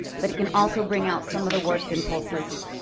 but it can also bring out some of the worst impulses.